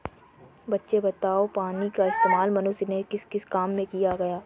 बच्चे बताओ पानी का इस्तेमाल मनुष्य ने किस किस काम के लिए किया?